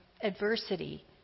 adversity